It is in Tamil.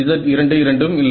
Z22 ம் இல்லை